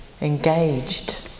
engaged